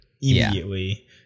immediately